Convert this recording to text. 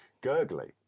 Gurgly